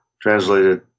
Translated